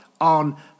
on